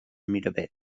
miravet